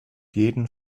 jeden